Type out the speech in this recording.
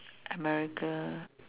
america